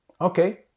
Okay